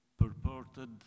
purported